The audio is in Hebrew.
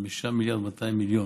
5 מיליארד ו-200 מיליון,